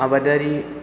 आबादारि